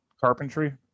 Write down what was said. Carpentry